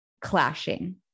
clashing